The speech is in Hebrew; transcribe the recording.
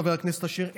חבר הכנסת אשר,